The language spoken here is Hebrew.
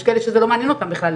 יש כאלה שזה לא מעניין אותם בכלל,